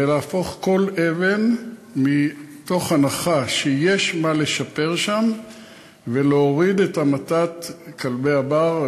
ולהפוך כל אבן מתוך הנחה שיש מה לשפר שם ולהוריד את המתת כלבי הבר,